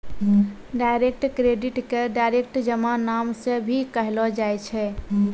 direct credit के direct जमा नाम से भी कहलो जाय छै